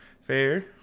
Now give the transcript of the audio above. Fair